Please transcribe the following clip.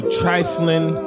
trifling